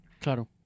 Claro